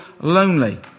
lonely